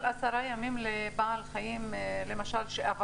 אבל עשרה ימים לבעל חיים שאבד,